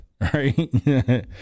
Right